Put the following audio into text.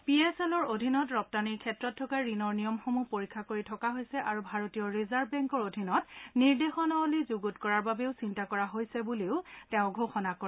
P S এলৰ অধীনত ৰপ্তানিৰ ক্ষেত্ৰত থকা ঋণৰ নিয়মসমূহ পৰীক্ষা কৰি থকা হৈছে আৰু ভাৰতীয় ৰিজাৰ্ভ বেংকৰ অধীনত নিৰ্দেশনাৱলী যুণ্ডত কৰাৰ বাবেও চিন্তা কৰা হৈছে বুলিও তেওঁ ঘোষণা কৰে